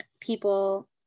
people